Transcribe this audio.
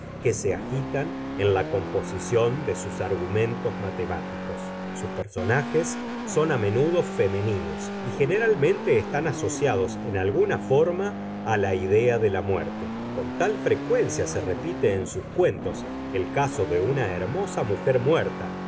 que se agitan en la composición de sus argumentos matemáticos sus personajes son a menudo femeninos y generalmente están asociados en alguna forma a la idea de la muerte con tal frecuencia se repite en sus cuentos el caso de una hermosa mujer muerta